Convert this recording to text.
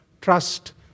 trust